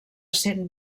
cent